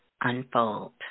unfold